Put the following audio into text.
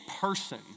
person